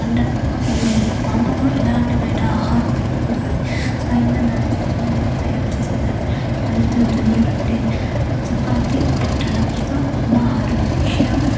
అన్నట్టుగా ఉండేది మా అమ్మకు ఎలాంటి బయట ఆహారము పెట్టద్దని స్వయంగా నా చేతితోనే తయ్యారు చేసేదాన్ని దానితో జొన్న రొట్టె చపాతి పెట్టడంతో అమ్మ ఆరోగ్యం